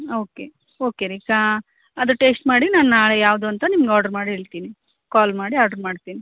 okay okay ರೀ ಅದು taste ಮಾಡಿ ನಾನು ನಾಳೆ ಯಾವುದು ಅಂತ ನಿಮ್ಗೆ ಆರ್ಡರ್ ಮಾಡಿ ಹೇಳ್ತೀನಿ ಕಾಲ್ ಮಾಡಿ ಆರ್ಡರ್ ಮಾಡ್ತೀನಿ